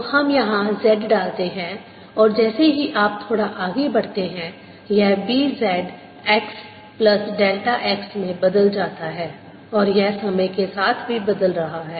तो हम यहाँ z डालते हैं और जैसे ही आप थोड़ा आगे बढ़ते हैं यह B z x plus delta x में बदल जाता है और यह समय के साथ भी बदल रहा है